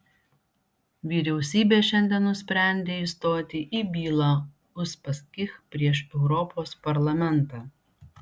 vyriausybė šiandien nusprendė įstoti į bylą uspaskich prieš europos parlamentą